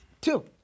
Two